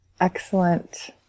Excellent